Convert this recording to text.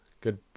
good